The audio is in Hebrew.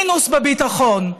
מינוס בביטחון.